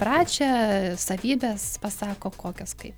pradžią savybes pasako kokios kaip